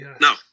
No